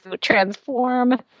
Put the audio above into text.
transform